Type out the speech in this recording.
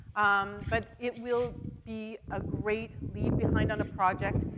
um, but it will be a great leave behind on a project,